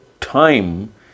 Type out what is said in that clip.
time